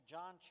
John